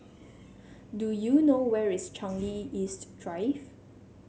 do you know where is Changi East Drive